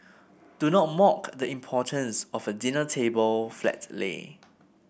do not mock the importance of a dinner table flat lay